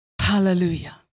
Hallelujah